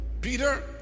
Peter